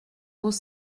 vos